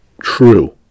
True